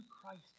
Christ